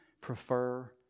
prefer